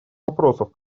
вопросов